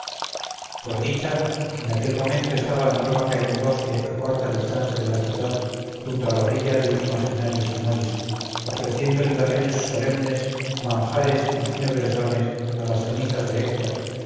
por dicha en aquel momento estaba andrómaca en un bosque a corta distancia de la ciudad junto a la orilla de un imaginario simois ofreciendo libaciones solemnes manjares y fúnebres dones a las cenizas de héctor